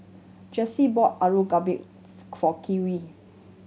Jaycee bought Alu Gobi for Kerwin